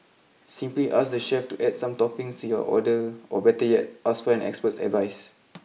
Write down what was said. simply ask the chef to add some toppings to your order or better yet ask for an expert's advice